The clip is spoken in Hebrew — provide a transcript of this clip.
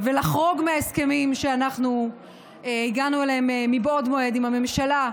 ולחרוג מההסכמים שאנחנו הגענו אליהם מבעוד מועד עם הממשלה,